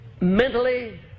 mentally